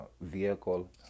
vehicle